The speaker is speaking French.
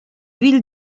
ville